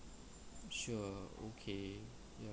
sure okay ya